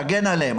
תגן עליהם.